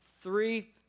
Three